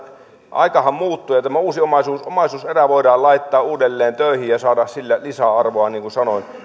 tämä uusi omaisuuserä voidaan laittaa uudelleen töihin ja saada sillä lisäarvoa niin kuin sanoin